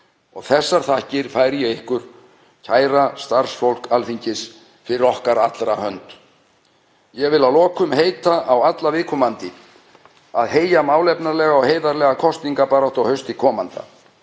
Þessar þakkir færi ég ykkur, kæra starfsfólk Alþingis, fyrir okkar allra hönd. Ég vil að lokum heita á alla viðkomandi að heyja málefnalega og heiðarlega kosningabaráttu á hausti komanda.